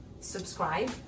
subscribe